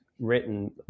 written